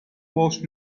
wash